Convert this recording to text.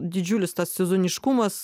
didžiulis tas sezoniškumas